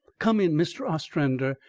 come in, mr. ostrander,